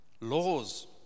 laws